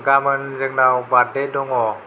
गाबोन जोंनाव बार्थडे दङ